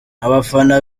abafana